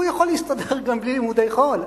הוא יכול להסתדר גם בלי לימודי חול.